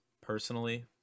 personally